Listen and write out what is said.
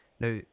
Now